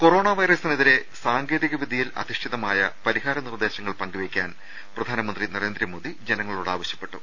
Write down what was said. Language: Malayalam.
കൊറോണ വൈറസിനെതിരെ സാങ്കേതിക വിദ്യയിൽ അധിഷ്ഠിതമായ പരിഹാര നിർദ്ദേശങ്ങൾ പങ്കു വെ യ്ക്കാൻ പ്രധാനമന്ത്രി നരേന്ദ്രമോദി ജനങ്ങളോട് ആവ ശ്യപ്പെട്ടു